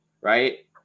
right